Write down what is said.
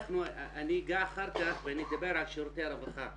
אני אגע אחר כך ואני אדבר על שירותי הרווחה,